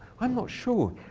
i'm not sure.